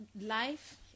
Life